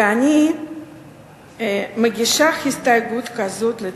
ואני מגישה הסתייגות כזאת לתקציב.